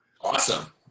Awesome